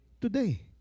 Today